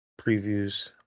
previews